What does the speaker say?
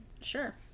Sure